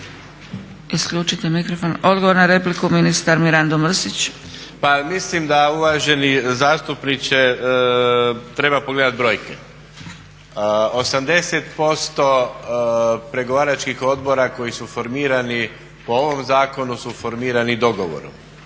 Isključite mikrofon. Odgovor na repliku ministar Mirando Mrsić. **Mrsić, Mirando (SDP)** Pa mislim da uvaženi zastupniče treba pogledati brojke. 80% pregovaračkih odbora koji su formirani po ovom zakonu su formirani dogovorom